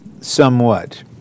somewhat